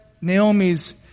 Naomi's